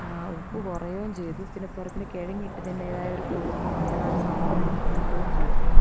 ആ ഉപ്പ് കുറയുകയും ചെയ്തു പിന്നെ പോരാത്തതിന് കിഴങ്ങ് ഇട്ടതിൻറ്റേതായൊരു കൊഴുപ്പും അങ്ങനെയുള്ള സാധനം നമുക്ക് കിട്ടുകയും ചെയ്തു